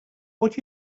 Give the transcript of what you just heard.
what